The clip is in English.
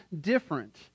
different